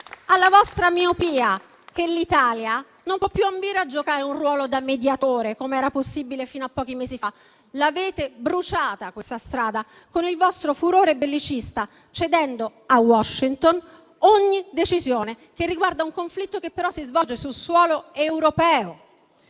alla vostra miopia che l'Italia non può più ambire a giocare un ruolo da mediatore, come era possibile fino a pochi mesi fa. Avete bruciato questa strada, con il vostro furore bellicista, cedendo a Washington ogni decisione che riguarda il conflitto, che però si svolge sul suolo europeo.